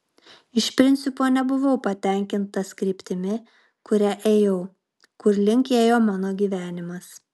iš principo nebuvau patenkintas kryptimi kuria ėjau kur link ėjo mano gyvenimas